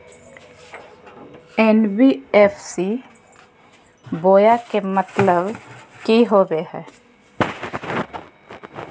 NBFC बोया के मतलब कि होवे हय?